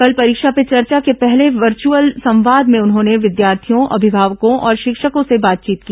कल परीक्षा पे चर्चा के पहले वर्चुअल संवाद में उन्होंने विद्यार्थियों अभिभावकों और शिक्षकों से बातचीत की